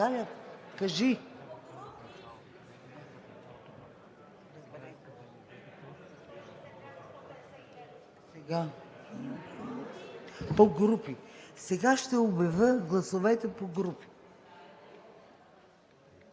Сега ще обявя гласовете по групи: